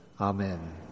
Amen